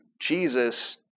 Jesus